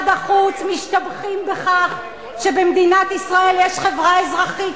משתבחים בכך שבמדינת ישראל יש חברה אזרחית